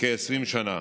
כ-20 שנה.